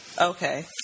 Okay